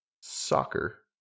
Soccer